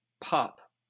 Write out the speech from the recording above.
pop